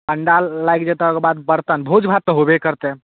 पण्डाल लागि जाएत ताहिके बाद बरतन भोज भात तऽ होबे करतै